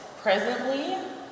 presently